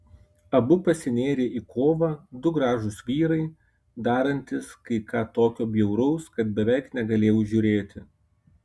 abu pasinėrė į kovą du gražūs vyrai darantys kai ką tokio bjauraus kad beveik negalėjau žiūrėti